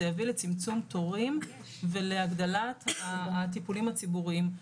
זה יביא לצמצום תורים ולהגדלת הטיפולים הציבוריים.